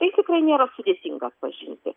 tai tikrai nėra sudėtinga atpažinti